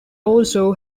also